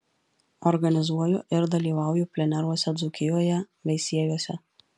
organizuoju ir dalyvauju pleneruose dzūkijoje veisiejuose